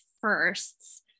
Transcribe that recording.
firsts